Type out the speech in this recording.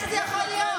איך זה יכול להיות?